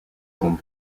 sont